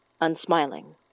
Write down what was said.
unsmiling